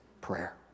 prayer